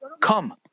come